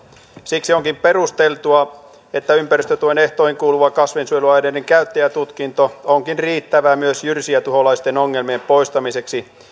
siksi onkin perusteltua että ympäristötuen ehtoihin kuuluva kasvinsuojeluaineiden käyttäjätutkinto onkin riittävä myös jyrsijätuholaisten ongelmien poistamiseksi